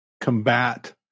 combat